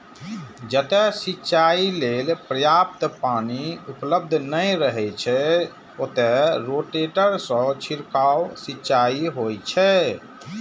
जतय सिंचाइ लेल पर्याप्त पानि उपलब्ध नै रहै छै, ओतय रोटेटर सं छिड़काव सिंचाइ होइ छै